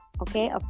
okay